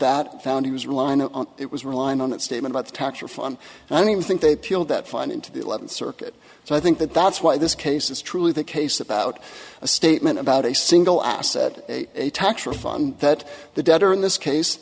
that found he was relying on it was relying on that statement by the tax refund i don't even think they feel that fine into the eleventh circuit so i think that that's why this case is truly the case about a statement about a single asset a tax refund that the debtor in this case